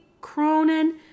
Cronin